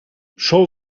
sol